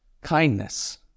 kindness